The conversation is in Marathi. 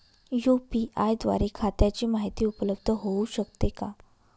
यू.पी.आय द्वारे खात्याची माहिती उपलब्ध होऊ शकते का?